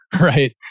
right